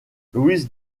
louise